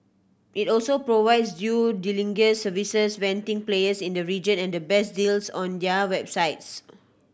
it also provides due diligence services vetting players in the region and the best deals on their websites